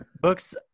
books